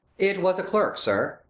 it was a clerk, sir.